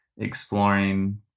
exploring